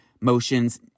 motions